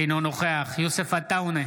אינו נוכח יוסף עטאונה,